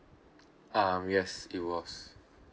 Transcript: um yes it was